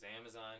Amazon